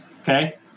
okay